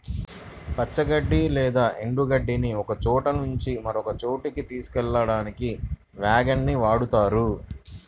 పచ్చి గడ్డి లేదా ఎండు గడ్డిని ఒకచోట నుంచి మరొక చోటుకి తీసుకెళ్ళడానికి వ్యాగన్ ని వాడుతారు